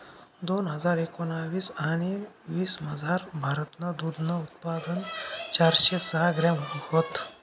दोन हजार एकोणाविस आणि वीसमझार, भारतनं दूधनं उत्पादन चारशे सहा ग्रॅम व्हतं